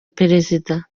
perezida